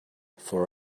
for